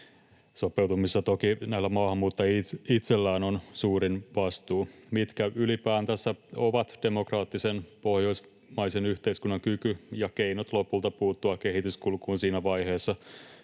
sopeutumisessa toki näillä maahanmuuttajilla itsellään on suurin vastuu. Mitkä ylipäätänsä ovat demokraattisen pohjoismaisen yhteiskunnan kyky ja keinot lopulta puuttua kehityskulkuun siinä vaiheessa,